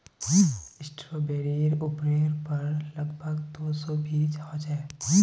स्ट्रॉबेरीर उपरेर पर लग भग दो सौ बीज ह छे